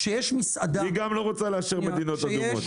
כשיש מסעדה --- היא גם לא רוצה לאשר מדינות אדומות.